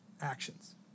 actions